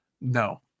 no